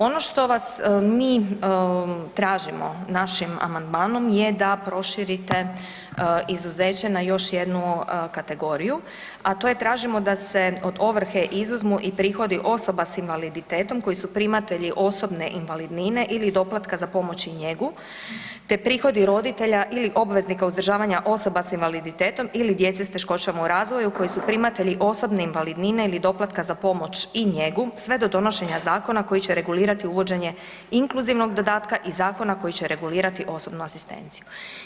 Ono što vas mi tražimo našim amandmanom je da proširite izuzeće na još jednu kategoriju, a to je tražimo da se od ovrhe izuzmu i prihodi osoba s invaliditetom koji su primatelji osobne invalidnine ili doplatka za pomoć i njegu te prihodi roditelja ili obveznika uzdržavanja osoba s invaliditetom ili djece s teškoćama u razvoju koji su primatelji osobne invalidnine ili doplatka za pomoć i njegu, sve do donošenja zakona koji će regulirati uvođenje inkluzivnog dodatka i zakona koji će regulirati osobnu asistenciju.